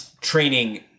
training